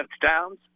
touchdowns